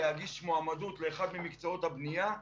להגיש מועמדות לאחד ממקצועות הבנייה,